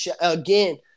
Again